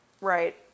Right